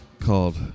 called